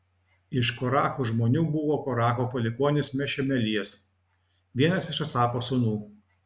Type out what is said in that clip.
iš korachų žmonių buvo koracho palikuonis mešelemijas vienas iš asafo sūnų